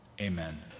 Amen